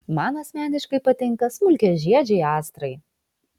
man asmeniškai patinka smulkiažiedžiai astrai